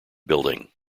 building